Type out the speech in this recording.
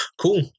cool